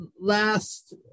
last